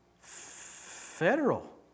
federal